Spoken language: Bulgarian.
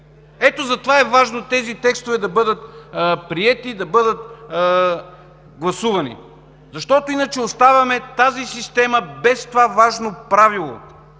Ето затова е важно тези текстове да бъдат приети, да бъдат гласувани. Иначе оставяме тази система без това важно правило,